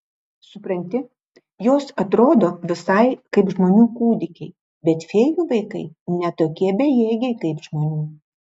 supranti jos atrodo visai kaip žmonių kūdikiai bet fėjų vaikai ne tokie bejėgiai kaip žmonių